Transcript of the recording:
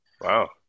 Wow